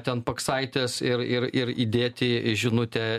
ten paksaitės ir ir ir įdėti žinutę